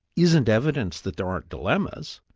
isn't evidence that there aren't dilemmas,